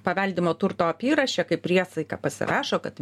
paveldimo turto apyraše kaip priesaiką pasirašo kad